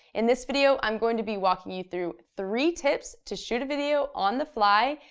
in this video, i'm going to be walking you through three tips to shoot a video on the fly,